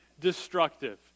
destructive